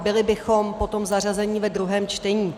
Byli bychom po tom zařazení ve druhém čtení.